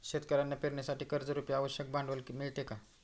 शेतकऱ्यांना पेरणीसाठी कर्जरुपी आवश्यक भांडवल मिळते का?